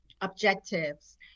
objectives